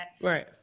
Right